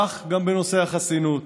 כך גם בנושא החסינות.